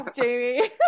Jamie